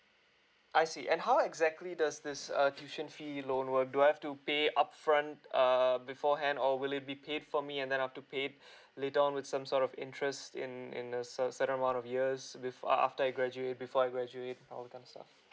I see and how exactly does this uh tuition fee loan work do I have to pay upfront err beforehand or will be paid for me and then I have to paid later on with some sort of interest in in a cer~ certain amount of years before af~ after I graduate before I graduate all that kind of stuff